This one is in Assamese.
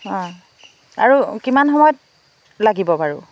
অঁ আৰু কিমান সময়ত লাগিব বাৰু